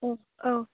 अ औ